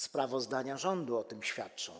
Sprawozdania rządu o tym świadczą.